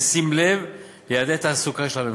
בשים לב ליעדי התעסוקה של הממשלה.